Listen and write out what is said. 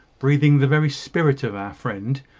breathing the very spirit of our friend,